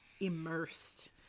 immersed